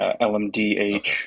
LMDH